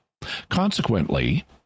Consequently